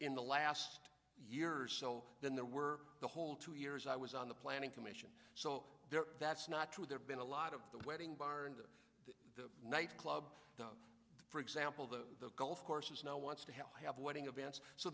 in the last year or so than there were the whole two years i was on the planning commission so that's not true there been a lot of the wedding bar and the nightclub for example that the golf courses now wants to have wedding events so